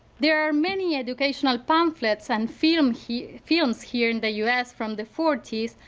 there are many educational pamphlets and films here films here in the us from the forty s,